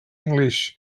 english